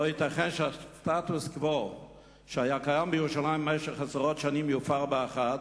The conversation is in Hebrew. לא ייתכן שהסטטוס-קוו שהיה קיים בירושלים במשך עשרות שנים יופר באחת.